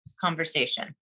conversation